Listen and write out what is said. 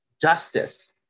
justice